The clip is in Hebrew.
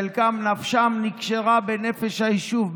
חלקן, נפשן נקשרה בנפש היישוב.